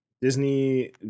Disney